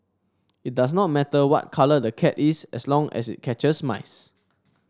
it does not matter what colour the cat is as long as it catches mice